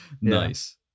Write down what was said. Nice